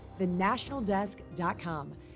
thenationaldesk.com